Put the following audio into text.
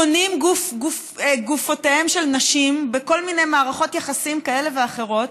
קונים את גופותיהן של נשים בכל מיני מערכות יחסים כאלה ואחרות,